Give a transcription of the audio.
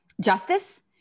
justice